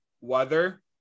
weather